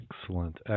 Excellent